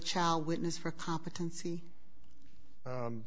child witness for competency